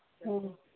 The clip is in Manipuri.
ꯑꯥ